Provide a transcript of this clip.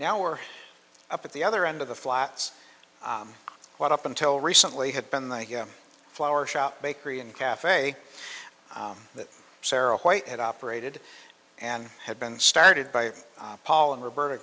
now were up at the other end of the flats what up until recently had been the flower shop bakery and cafe that sarah white had operated and had been started by paul and roberta